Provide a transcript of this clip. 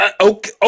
Okay